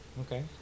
Okay